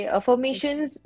Affirmations